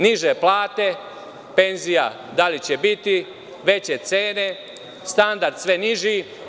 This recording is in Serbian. Niže plate, penzija da li će biti, veće cene, standard sve niži.